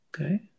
Okay